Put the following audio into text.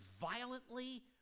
violently